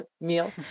meal